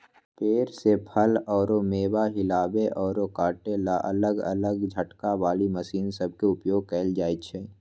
पेड़ से फल अउर मेवा हिलावे अउर काटे ला अलग अलग झटका वाली मशीन सब के उपयोग कईल जाई छई